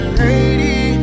lady